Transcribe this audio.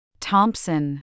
Thompson